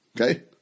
Okay